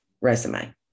resume